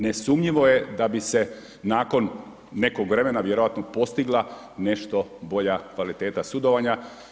Nesumnjivo je da bi se nakon nekog vremena vjerojatno postigla nešto bolja kvaliteta sudovanja.